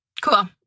Cool